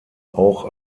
auch